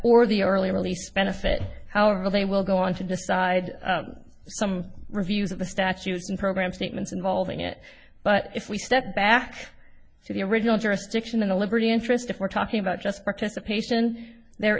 or the early release benefit however they will go on to decide some reviews of the statutes and program statements involving it but if we step back to the original jurisdiction in the liberty interest if we're talking about just participation there